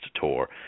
tour